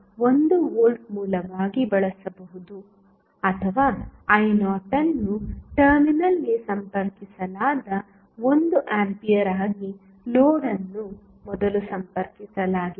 ನೀವು v0 ಅನ್ನು 1 volt ಮೂಲವಾಗಿ ಬಳಸಬಹುದು ಅಥವಾ i0 ಅನ್ನು ಟರ್ಮಿನಲ್ಗೆ ಸಂಪರ್ಕಿಸಲಾದ 1 ಆಂಪಿಯರ್ ಆಗಿ ಲೋಡ್ ಅನ್ನು ಮೊದಲು ಸಂಪರ್ಕಿಸಲಾಗಿದೆ